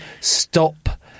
stop